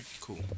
cool